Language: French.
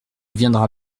viendra